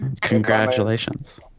congratulations